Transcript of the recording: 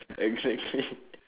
exactly